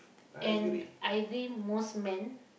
and I agree most men